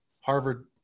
Harvard